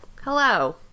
Hello